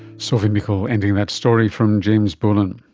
sophie mickel, ending that story from james bullen.